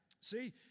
See